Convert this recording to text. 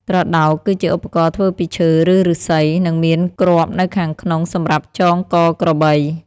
ត្រដោក គឺជាឧបករណ៍ធ្វើពីឈើ ឬឫស្សី និងមានគ្រាប់នៅខាងក្នុងសម្រាប់ចងកក្របី។